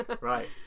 Right